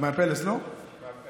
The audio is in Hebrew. אין דבר